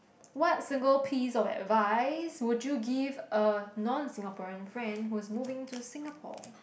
what single piece of advice would you give a non Singaporean friend who's moving to Singapore